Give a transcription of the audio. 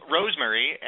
Rosemary